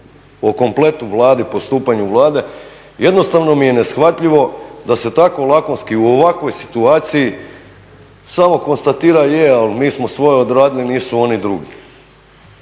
o kompletnoj Vladi, o postupanju Vlade. Jednostavno mi je neshvatljivo da se tako lakonski u ovakvoj situaciji samo konstatira je ali mi smo svoje odradili, nisu oni drugi.